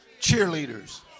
cheerleaders